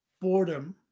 boredom